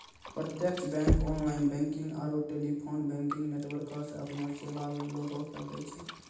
प्रत्यक्ष bank online banking आरू telephone banking नेटवर्को से अपनो सेबा लोगो के दै छै